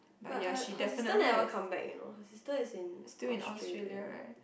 but her her sister never come back you know her sister is in Australia